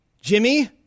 Jimmy